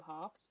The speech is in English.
halves